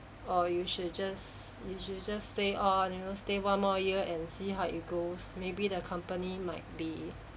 or you should just you should just stay on you know stay one more year and see how it goes maybe the company might be